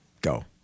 go